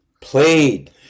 played